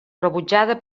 rebutjada